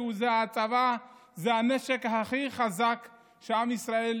כי זה הנשק הכי חזק שהיה לעם ישראל